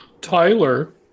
Tyler